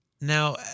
Now